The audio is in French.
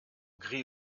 gris